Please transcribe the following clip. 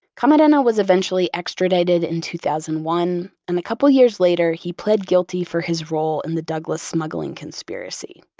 camarena was eventually extradited in two thousand and one, and a couple years later he pled guilty for his role in the douglas smuggling conspiracy.